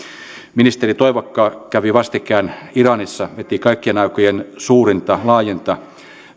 ministeri toivakka kävi vastikään iranissa veti kaikkien aikojen suurinta laajinta